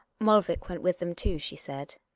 molvik went with them too, she said.